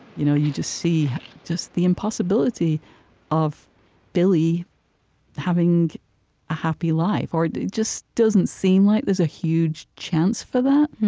you know you just see just the impossibility of billy having a happy life, or it just doesn't seem like there's a huge chance for that.